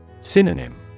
Synonym